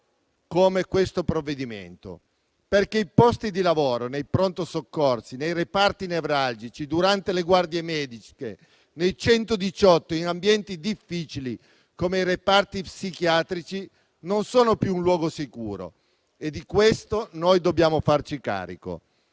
questo provvedimento. I posti di lavoro nei pronto soccorso, nei reparti nevralgici, durante le guardie mediche, nei 118 e in ambienti difficili come i reparti psichiatrici non sono più in luoghi sicuri e di questo dobbiamo farci carico.